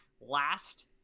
last